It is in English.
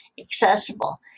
accessible